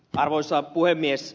arvoisa puhemies